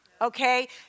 okay